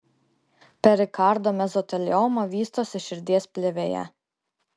perikardo mezotelioma vystosi širdies plėvėje